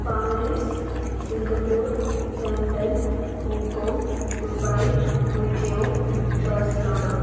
Paris Singapore London Hong Kong Dubai Tokyo Barcelona